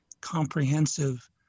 comprehensive